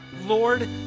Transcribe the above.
Lord